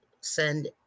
send